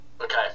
Okay